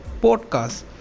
podcast